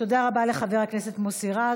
תודה רבה לחבר הכנסת מוסי רז.